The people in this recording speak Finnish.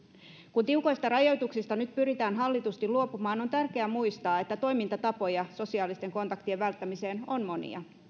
kun tiukoista rajoituksista nyt pyritään hallitusti luopumaan on tärkeää muistaa että toimintatapoja sosiaalisten kontaktien välttämiseen on monia